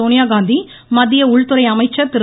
சோனியாகாந்தி மத்திய உள்துறை அமைச்சர் திரு